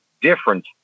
different